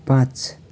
पाँच